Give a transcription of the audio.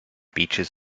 beaches